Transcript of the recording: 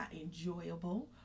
enjoyable